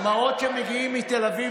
המראות שמגיעים מתל אביב,